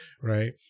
right